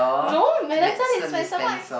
no man dispenser what